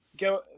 go